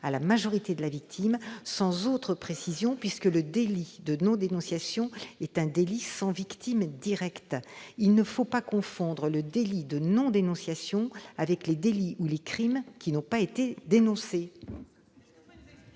à la majorité de la victime, sans autre précision, puisque le délit de non-dénonciation est un délit sans victime directe. Il ne faut pas confondre le délit de non-dénonciation avec les délits ou les crimes qui n'ont pas été dénoncés.